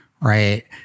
right